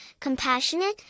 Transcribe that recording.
compassionate